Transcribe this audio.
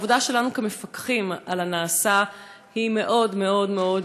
העבודה שלנו כמפקחים על הנעשה היא מאוד מאוד מאוד